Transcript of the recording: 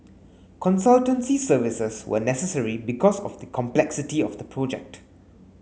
consultancy services were necessary because of the complexity of the project